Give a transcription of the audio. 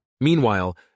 Meanwhile